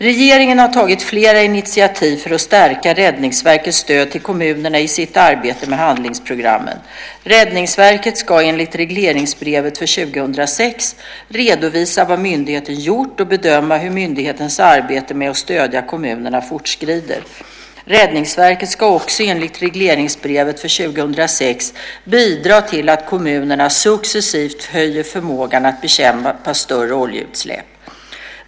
Regeringen har tagit flera initiativ för att stärka Räddningsverkets stöd till kommunerna i sitt arbete med handlingsprogrammen. Räddningsverket ska enligt regleringsbrevet för 2006 redovisa vad myndigheten gjort och bedöma hur myndighetens arbete med att stödja kommunerna fortskrider. Räddningsverket ska också enligt regleringsbrevet för 2006 bidra till att kommunerna successivt höjer förmågan att bekämpa större oljeutsläpp.